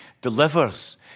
delivers